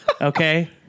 Okay